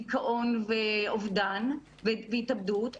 דיכאון ואובדן והתאבדות,